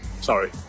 Sorry